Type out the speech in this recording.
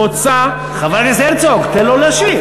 חבר הכנסת הרצוג, תן לו להשיב.